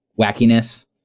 wackiness